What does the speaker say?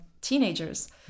teenagers